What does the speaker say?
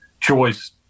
choice